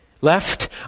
Left